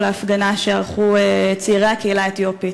ההפגנה שערכו צעירי הקהילה האתיופית,